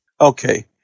Okay